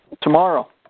Tomorrow